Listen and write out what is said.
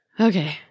okay